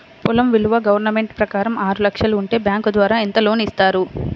పొలం విలువ గవర్నమెంట్ ప్రకారం ఆరు లక్షలు ఉంటే బ్యాంకు ద్వారా ఎంత లోన్ ఇస్తారు?